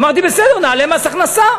אמרתי: בסדר, נעלה מס הכנסה,